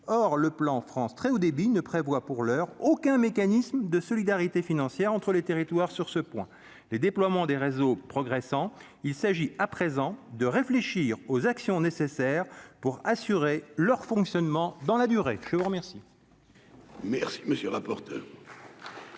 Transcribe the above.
or le plan France très haut débit ne prévoit pour l'heure, aucun mécanisme de solidarité financière entre les territoires, sur ce point, les déploiements des réseaux progressant, il s'agit à présent de réfléchir aux actions nécessaires pour assurer leur fonctionnement dans la durée que vous remercie. Merci, monsieur le rapporteur.